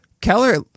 Keller